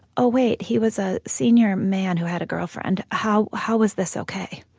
oh wait, he was a senior man who had a girlfriend. how how was this ok?